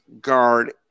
guard